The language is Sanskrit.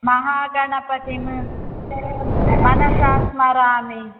महागणपतिं मनसा स्मरामि